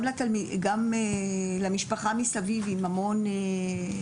גם למשפחה מסביב עם המון